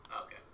Okay